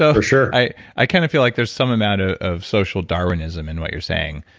ah for sure i i kind of feel like there's some amount ah of social darwinism in what you're saying